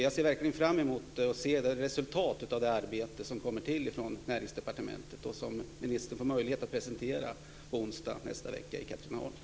Jag ser verkligen framemot resultatet av det arbete som kommer till på Näringsdepartementet och som ministern får möjlighet att presentera på onsdag i nästa vecka i Katrineholm.